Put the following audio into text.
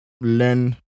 learn